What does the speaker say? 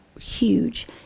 huge